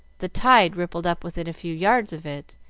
the tide rippled up within a few yards of it,